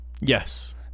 Yes